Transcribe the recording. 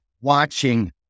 watching